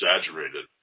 exaggerated